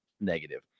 negative